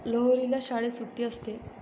लोहरीला शाळेत सुट्टी असते